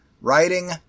Writing